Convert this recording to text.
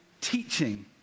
teaching